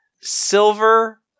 silver